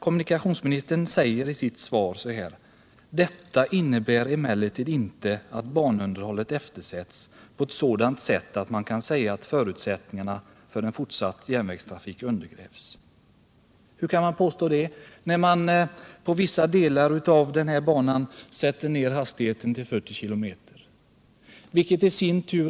Kommu nikationsministern säger i sitt svar: ”Detta innebär emellertid inte att banunderhållet eftersätts på sådant sätt att man kan säga att förutsättningarna för en fortsatt järnvägstrafik undergrävs.” Hur kan man påstå det? När man på vissa delar av banan sätter ned hastigheten till 40 km leder det